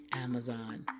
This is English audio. Amazon